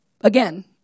Again